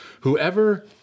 whoever